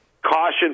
Caution